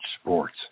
sports